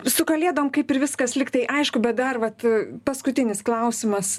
su kalėdom kaip ir viskas lygtai aišku bet dar vat paskutinis klausimas